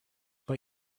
but